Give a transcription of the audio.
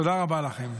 תודה רבה לכם.